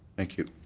thank you.